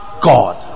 God